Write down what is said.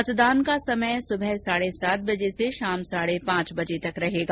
मतदान का समय सुबह साढे सात बजे से शाम साढे पांच बजे तक रहेगा